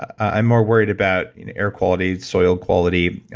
ah i'm more worried about air quality, soil quality,